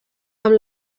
amb